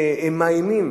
מאיימים.